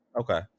Okay